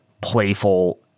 playful